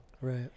Right